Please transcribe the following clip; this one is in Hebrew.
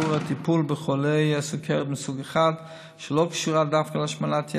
לשיפור הטיפול בחולי סוכרת מסוג 1 שלא קשורה דווקא להשמנת יתר,